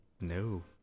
No